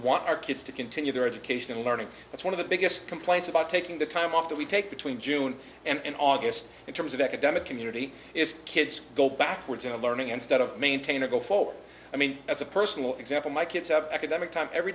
want our kids to continue their education and learning that's one of the biggest complaints about taking the time off that we take between june and august in terms of academic community is kids go backwards into learning instead of maintain a go for i mean as a personal example my kids have academic time every